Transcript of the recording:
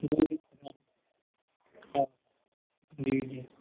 हा जी जी